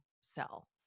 sell